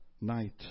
night